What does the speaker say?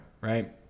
right